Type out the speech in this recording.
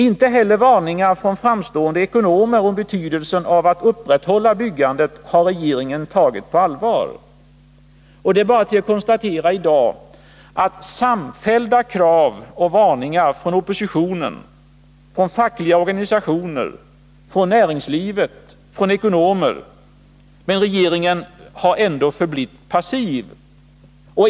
Inte heller varningar från framstående ekonomer om betydelsen av att upprätthålla byggandet har regeringen tagit på allvar. Det är i dag bara att konstatera att det har kommit samfällda varningar och krav från oppositionen, fackliga organisationer, näringsliv och ekonomer. Men regeringen har ändå förblivit passiv.